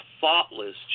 thoughtless